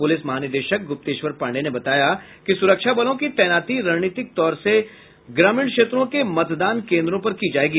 police महानिदेशक गुप्तेश्वर पांडेय ने बताया कि सुरक्षाबलों की तैनाती रणनीतिक तौर से ग्रामीण क्षेत्रों के मतदान केन्द्रों पर की जाएगी